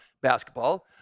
basketball